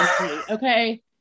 Okay